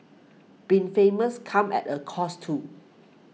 being famous comes at a cost too